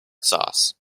sauce